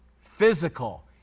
physical